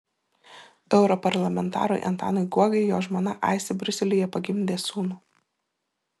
europarlamentarui antanui guogai jo žmona aistė briuselyje pagimdė sūnų